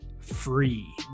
Free